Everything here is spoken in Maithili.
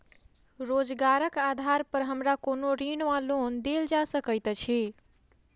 रोजगारक आधार पर हमरा कोनो ऋण वा लोन देल जा सकैत अछि?